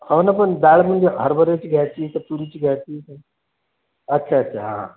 हो ना पण डाळ म्हणजे हरभऱ्याची घ्यायची का तुरीची घ्यायची अच्छा अच्छा हा हा